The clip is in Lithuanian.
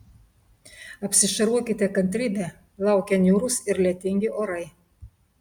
apsišarvuokite kantrybe laukia niūrūs ir lietingi orai